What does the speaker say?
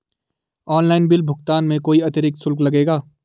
Online bill भुगतान में कोई अतिरिक्त शुल्क लगेगा?